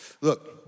Look